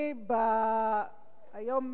היום,